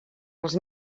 els